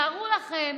תארו לכם